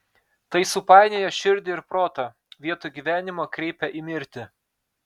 tai supainioja širdį ir protą vietoj gyvenimo kreipia į mirtį